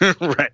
Right